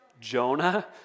Jonah